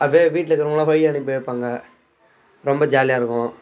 அப்டியே வீட்டில் இருக்கிறவங்கள்லாம் வழி அனுப்பி வைப்பாங்க ரொம்ப ஜாலியாக இருக்கும்